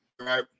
Right